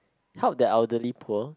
help the elderly poor